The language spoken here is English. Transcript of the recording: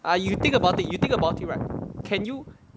ah you think about it you think about it right can you